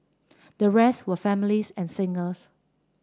the rest were families and singles